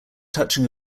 touching